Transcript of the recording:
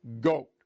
GOAT